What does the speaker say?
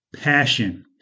passion